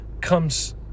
comes